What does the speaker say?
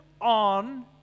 on